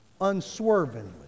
Unswervingly